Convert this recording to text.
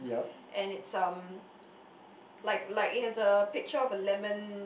and it's um like like it has a picture of a lemon